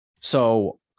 So-